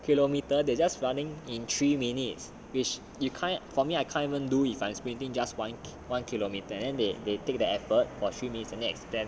kilometre they just running in three minutes which you can't for me I can't even do it like it is really just within just one one K_M and they they take the adverb a few minutes and then extend multiply